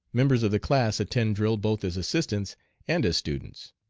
members of the class attend drill both as assistants and as students.